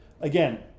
Again